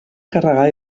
carregar